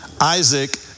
Isaac